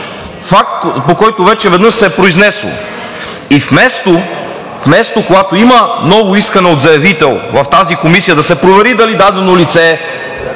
факт, по който вече веднъж се е произнесъл. И вместо когато има ново искане от заявител в тази Комисия, да се провери дали дадено лице